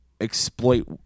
exploit